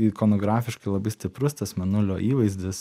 ikonografiškai labai stiprus tas mėnulio įvaizdis